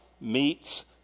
meets